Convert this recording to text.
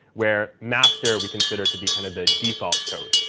where master we consider to be kind of the default code.